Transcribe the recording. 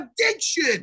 addiction